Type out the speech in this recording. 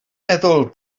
meddwl